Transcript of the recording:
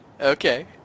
Okay